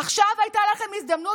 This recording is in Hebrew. עכשיו הייתה לכם הזדמנות.